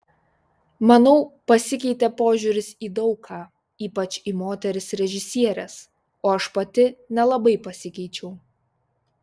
manau pasikeitė požiūris į daug ką ypač į moteris režisieres o aš pati nelabai pasikeičiau